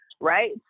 right